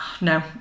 no